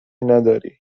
نداری